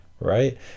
Right